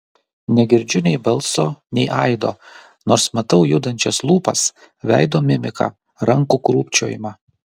negirdžiu nei balso nei aido nors matau judančias lūpas veido mimiką rankų krūpčiojimą